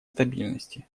стабильности